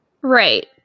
Right